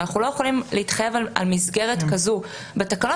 אבל אנחנו לא יכולים להתחייב על מסגרת כזאת בתקנות,